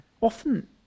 Often